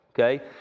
Okay